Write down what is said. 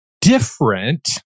different